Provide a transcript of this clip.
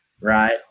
right